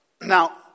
Now